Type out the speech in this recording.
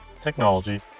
technology